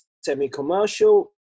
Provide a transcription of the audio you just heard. semi-commercial